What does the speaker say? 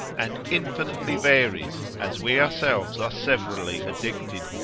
and infinitely varies, as we ourselves are severally addicted,